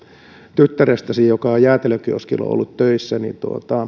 tyttärestäsi joka on jäätelökioskilla ollut töissä niin